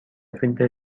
فیلتر